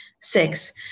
Six